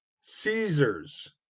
Caesar's